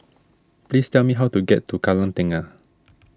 please tell me how to get to Kallang Tengah